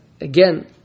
Again